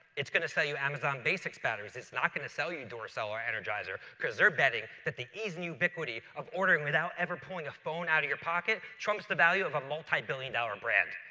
it's going to send you amazon basics batteries. it's not going to sell you duracell or energizer because they're betting that the easy ubiquity of ordering without ever pulling a phone out of your pocket trumps the value of a multi-billion dollar and brand.